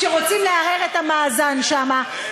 כשרוצים לערער את המאזן שם,